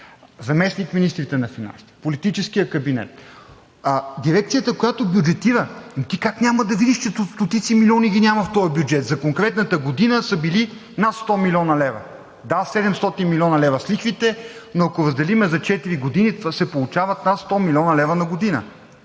заместник-министрите на финансите, политическият кабинет, дирекцията, която бюджетира, ами ти как няма да видиш, че стотици милиони ги няма в този бюджет – да конкретната година са били над 100 млн. лв.?! Да, 700 млн. с лихвите, но ако разделим за четири години, получават се над 100 млн. лв. на година.